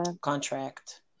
contract